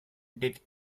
did